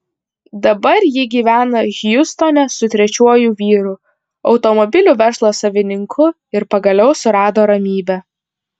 dabar ji gyvena hjustone su trečiuoju vyru automobilių verslo savininku ir pagaliau surado ramybę